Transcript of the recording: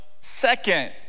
second